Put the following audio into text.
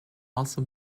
also